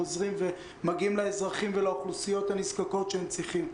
עוזרים ומגיעים לאזרחים ולאוכלוסיות הנזקקות שצריכים.